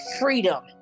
freedom